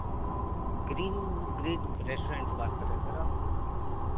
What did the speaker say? green Bridge restaurant से बात कर रहे सर आप